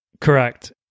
Correct